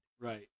Right